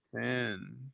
ten